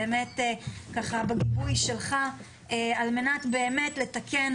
באמת בגיבוי שלך על מנת לתקן,